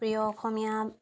অসমীয়া